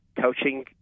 coaching